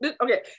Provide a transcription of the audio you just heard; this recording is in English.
okay